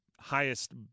highest